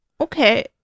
Okay